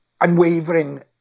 unwavering